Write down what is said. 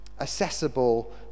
accessible